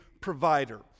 provider